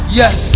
yes